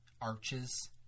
arches